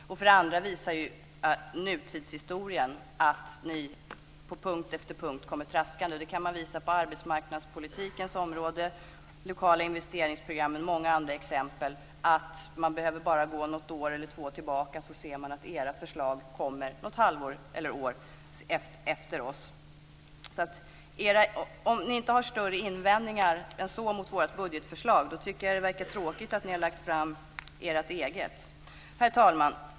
Dessutom visar nutidshistorien att ni på punkt efter punkt kommer traskande. Det kan man visa på arbetsmarknadspolitikens område. Det gäller också de lokala investeringsprogrammen och många andra exempel. Man behöver bara gå ett eller två år tillbaka så ser man att era förslag kommer något halvår eller något år efter våra. Har ni inte större invändningar än så mot vårt budgetförslag tycker jag att det verkar tråkigt att ni har lagt fram ert eget. Herr talman!